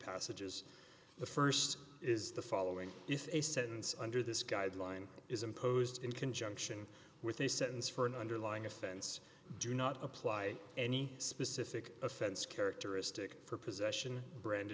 passages the st is the following is a sentence under this guideline is imposed in conjunction with a sentence for an underlying offense do not apply any specific offense characteristic for possession brand